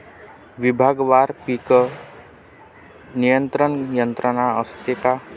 विभागवार पीक नियंत्रण यंत्रणा असते का?